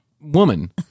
woman